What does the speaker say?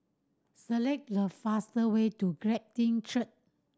select the fastest way to Glad Tiding Church